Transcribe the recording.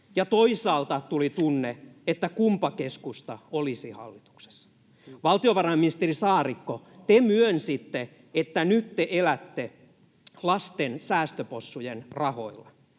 ja toisaalta tuli tunne, että kunpa keskusta olisi hallituksessa. Valtiovarainministeri Saarikko, te myönsitte, että nyt te elätte lasten säästöpossujen rahoilla.